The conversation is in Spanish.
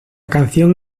canción